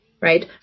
right